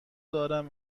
دارم